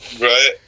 Right